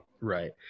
Right